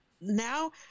now